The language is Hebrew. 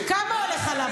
כמה עולה חלב?